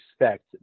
expect